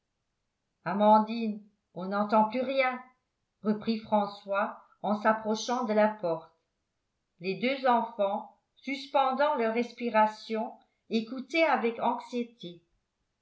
amandine on n'entend plus rien reprit françois en s'approchant de la porte les deux enfants suspendant leur respiration écoutaient avec anxiété